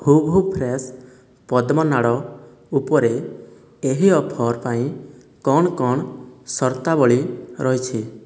ହୂଭୁ ଫ୍ରେସ୍ ପଦ୍ମ ନାଡ଼ ଉପରେ ଏହି ଅଫର୍ ପାଇଁ କ'ଣ କ'ଣ ସର୍ତ୍ତାବଳୀ ରହିଛି